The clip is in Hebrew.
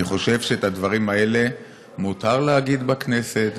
אני חושב שאת הדברים האלה מותר להגיד בכנסת,